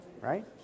right